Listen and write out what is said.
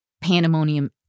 pandemonium